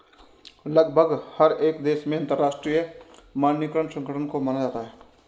लगभग हर एक देश में अंतरराष्ट्रीय मानकीकरण संगठन को माना जाता है